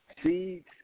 Seeds